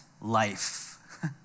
life